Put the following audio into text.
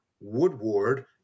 Woodward